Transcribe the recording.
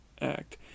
act